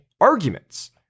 arguments